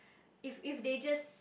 if if they just